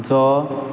जो